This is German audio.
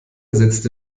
setzte